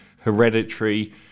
Hereditary